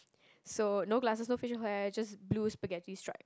so no glasses no facial hair just blue spaghetti stripe